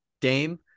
Dame